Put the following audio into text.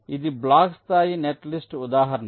ఇది బ్లాక్ స్థాయి నెట్లిస్ట్ ఉదాహరణ